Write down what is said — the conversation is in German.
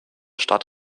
stadt